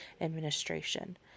Administration